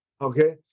okay